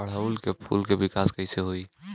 ओड़ुउल के फूल के विकास कैसे होई?